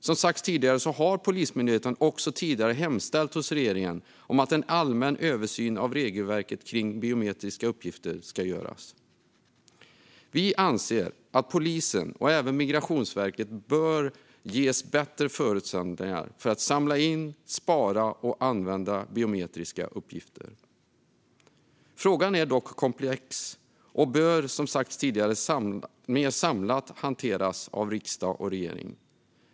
Som sagts tidigare har Polismyndigheten tidigare hemställt hos regeringen om att en allmän översyn av regelverket kring biometriska uppgifter ska göras. Vi anser att polisen och även Migrationsverket bör ges bättre förutsättningar för att samla in, spara och använda biometriska uppgifter. Frågan är dock komplex och bör som sagts tidigare hanteras mer samlat av riksdag och regering.